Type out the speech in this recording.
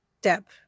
step